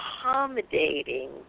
accommodating